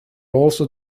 also